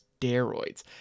steroids